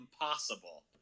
impossible